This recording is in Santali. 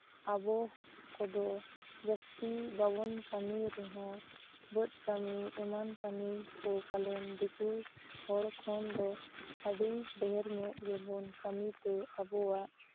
ᱟᱵᱚ ᱠᱚᱫᱚ ᱡᱟᱹᱥᱛᱤ ᱵᱟᱵᱚᱱ ᱠᱟᱹᱢᱤ ᱨᱮᱦᱚᱸ ᱵᱟᱹᱫᱽ ᱠᱟᱹᱢᱤ ᱮᱢᱟᱱ ᱠᱟᱹᱢᱤ ᱠᱚ ᱯᱟᱞᱮᱱ ᱫᱤᱠᱩ ᱦᱚᱲ ᱠᱷᱚᱱ ᱫᱚ ᱟᱹᱰᱤ ᱰᱷᱮᱹᱨ ᱧᱚᱜ ᱜᱮᱵᱚᱱ ᱠᱟᱹᱢᱤᱛᱮ ᱟᱵᱚᱣᱟᱜ